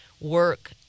work